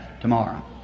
tomorrow